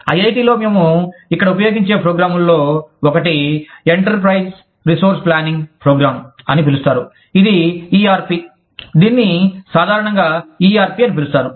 ఐఐటిలో మేము ఇక్కడ ఉపయోగించే ప్రోగ్రామ్లలో ఒకటి ఎంటర్ప్రైజ్ రిసోర్స్ ప్లానింగ్ ప్రోగ్రామ్ అని పిలుస్తారు ఇది ERP దీనిని సాధారణంగా ERP అని పిలుస్తారు